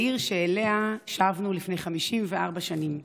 העיר שאליה שבנו לפני 54 שנים,